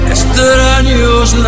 Extraños